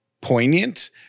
poignant